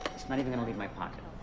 it's not even gonna leave my pocket.